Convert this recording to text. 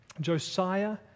Josiah